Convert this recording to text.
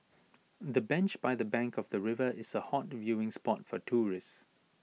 the bench by the bank of the river is A hot viewing spot for tourists